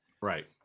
Right